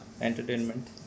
Entertainment